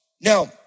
Now